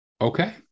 Okay